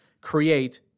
create